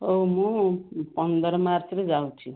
ହଉ ମୁଁ ପନ୍ଦର ମାର୍ଚ୍ଚରେ ଯାଉଛି